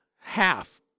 half